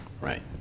Right